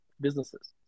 businesses